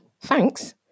Thanks